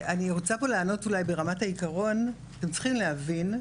אני רוצה לענות ברמת העיקרון, אתם צריכים להבין,